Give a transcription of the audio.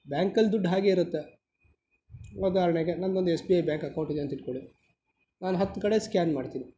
ಬ್ಯಾಂಕಲ್ಲಿ ದುಡ್ಡು ಹಾಗೆ ಇರುತ್ತೆ ಉದಾಹರಣೆಗೆ ನನ್ನದೊಂದು S B I bank account ಇದೆ ಅಂತಿಟ್ಕೊಳ್ಳಿ ನಾನು ಹತ್ತು ಕಡೆ ಸ್ಕ್ಯಾನ್ ಮಾಡ್ತೀನಿ